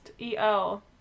E-L